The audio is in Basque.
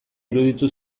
iruditu